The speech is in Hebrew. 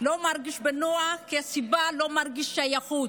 לא מרגיש בנוח מהסיבה שהוא לא מרגיש שייכות.